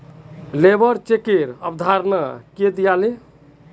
labour चेकेर अवधारणा के दीयाले